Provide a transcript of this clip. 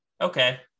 okay